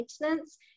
maintenance